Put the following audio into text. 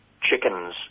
chickens